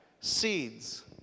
seeds